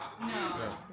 No